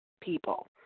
people